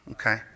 Okay